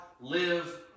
live